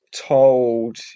told